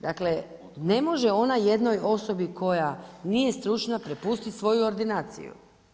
Dakle, ne može ona jednoj osobi koja nije stručna prepustiti svoju ordinaciju.